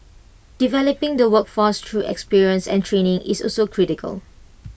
developing the workforce through experience and training is also critical